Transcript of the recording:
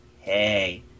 hey